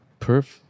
Perf